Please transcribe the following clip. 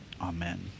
Amen